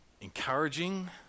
encouraging